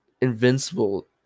invincible